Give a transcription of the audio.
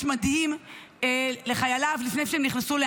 בשנים האחרונות.